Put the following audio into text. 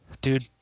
Dude